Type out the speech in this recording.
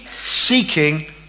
seeking